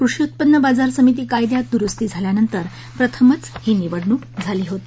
कृषी उत्पन्न बाजार समिती कायद्यात दुरुस्ती झाल्यानंतर प्रथमच ही निवडणूक झाली होती